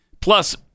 Plus